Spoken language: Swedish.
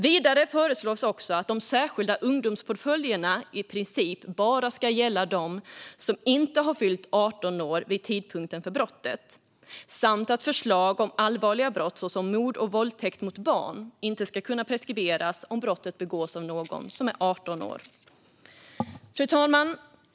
Vidare föreslås att de särskilda ungdomspåföljderna i princip bara ska gälla dem som inte har fyllt 18 år vid tidpunkten för brottet. Det föreslås också att allvarliga brott såsom mord och våldtäkt mot barn inte ska kunna preskriberas om brottet begåtts av någon som fyllt 18 år. Fru talman!